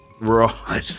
Right